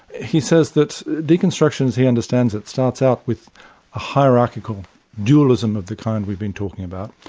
he says that deconstruction as he understands it, starts out with a hierarchical dualism of the kind we've been talking about,